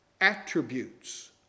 attributes